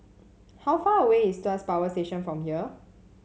how far away is Tuas Power Station from here